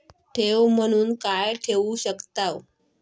ठेव म्हणून काय ठेवू शकताव?